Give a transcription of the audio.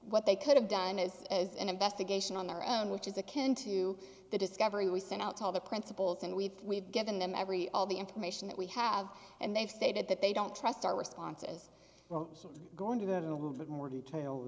what they could have done as an investigation on their own which is akin to the discovery we sent out to all the principals and we've we've given them every all the information that we have and they've stated that they don't trust our responses won't go into that a little bit more detail